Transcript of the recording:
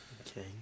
Okay